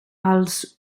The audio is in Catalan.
als